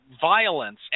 violence